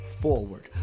forward